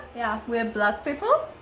yeah, we're black people.